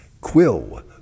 Quill